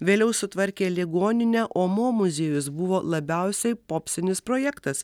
vėliau sutvarkė ligoninę o mo muziejus buvo labiausiai popsinis projektas